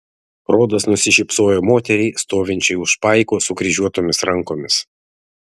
rodas nusišypsojo moteriai stovinčiai už paiko sukryžiuotomis rankomis